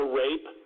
rape